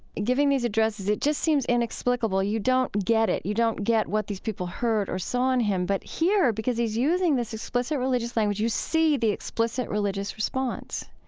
giving these addresses, it just seems inexplicable, you don't get it. you don't get what these people heard or saw in him. but here, because he's using this explicit religious language, you see the explicit religious response.